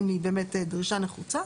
אם היא באמת דרישה נחוצה.